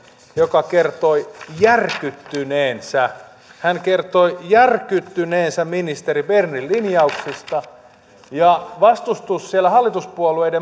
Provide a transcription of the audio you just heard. joka kertoi järkyttyneensä hän kertoi järkyttyneensä ministeri bernerin linjauksista ja vastustus siellä hallituspuolueen